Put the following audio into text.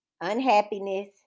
unhappiness